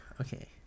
Okay